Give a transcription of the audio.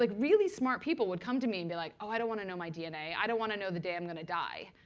like really smart people, would come to me and be like, oh, i don't want to know my dna. i don't want to know the day i'm going to die.